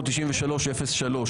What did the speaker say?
1993/03,